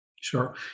Sure